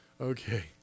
Okay